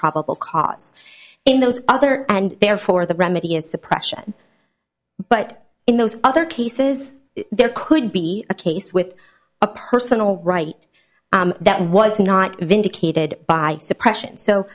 probable cause in those other and therefore the remedy is suppression but in those other cases there could be a case with a personal right that was not vindicated by suppression so